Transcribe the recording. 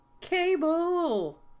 Cable